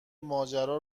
ماجرا